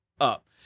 up